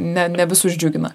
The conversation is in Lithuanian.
ne ne visus džiugina